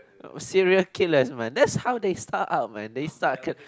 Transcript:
serial killers man that's how they start out man they start kn~